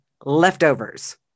leftovers